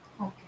okay